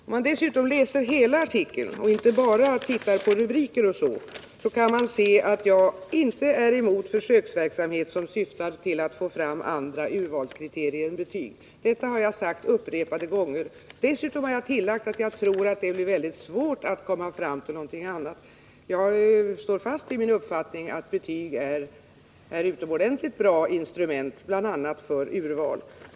Om man läser hela artikeln — och inte bara tittar på rubriker och inledning — kan man se att jag inte är emot försöksverksamhet som syftar till att få fram andra urvalskriterier än betyg. Detta har jag sagt upprepade gånger. Dessutom har jag tillagt att jag tror att det blir mycket svårt att komma fram till någonting annat. Jag står fast vid min uppfattning att betyg är utomordentligt bra instrument, bl.a. för urval.